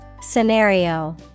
Scenario